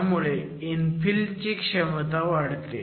त्यामुळे इन्फिल ची क्षमता वाढते